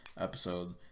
episode